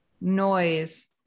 noise